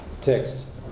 text